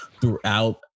throughout